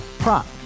Prop